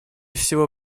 всего